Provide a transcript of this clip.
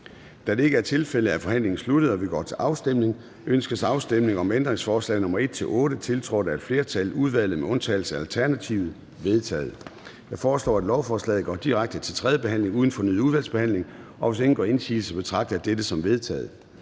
Da det ikke er tilfældet, er forhandlingen sluttet, og vi går til afstemning. Kl. 13:44 Afstemning Formanden (Søren Gade): Ønskes afstemning om ændringsforslag nr. 1-10, tiltrådt af et flertal (udvalget med undtagelse af NB)? De er vedtaget. Jeg foreslår, at lovforslaget går direkte til tredje behandling uden fornyet udvalgsbehandling. Hvis ingen gør indsigelse, betragter jeg dette som vedtaget.